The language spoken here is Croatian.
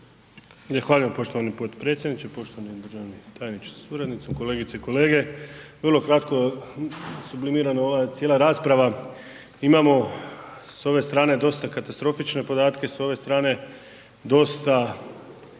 poštovani potpredsjedniče, poštovani državni tajniče sa suradnicom, kolegice i kolege. Vrlo kratko sublimira me ova cijela rasprava, imamo s ove strane dosta katastrofične podatke, s ove strane dosta